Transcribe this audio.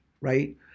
right